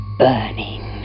burning